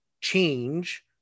change